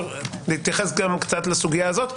להתייחס גם קצת לסוגיה הזאת.